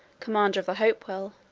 commander of the hopewell,